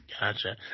Gotcha